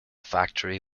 factory